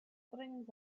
springs